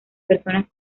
personas